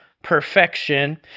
perfection